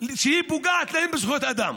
כשהיא פוגעת להם בזכויות אדם.